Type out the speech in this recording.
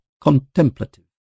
contemplative